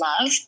love